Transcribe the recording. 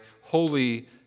holy